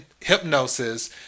hypnosis